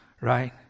right